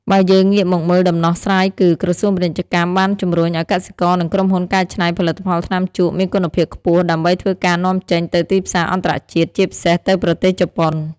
បើយើងងាកមកមើលដំណោះស្រាយគឺ ក្រសួងពាណិជ្ជកម្មបានជំរុញឲ្យកសិករនិងក្រុមហ៊ុនកែច្នៃផលិតផលថ្នាំជក់មានគុណភាពខ្ពស់ដើម្បីធ្វើការនាំចេញទៅទីផ្សារអន្តរជាតិ ជាពិសេសទៅប្រទេសជប៉ុន។